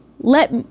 let